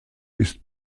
ist